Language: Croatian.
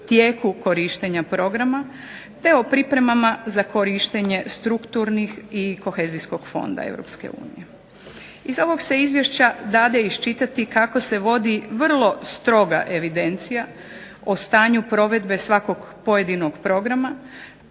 tijeku korištenja programa te o pripremama za korištenje strukturnih i kohezijskog fonda EU. Iz ovog se izvješća dade iščitati kako se vodi vrlo stroga evidencija o stanju provedbe svakog pojedinog programa